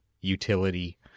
utility